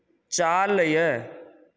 चालय